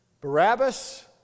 Barabbas